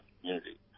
community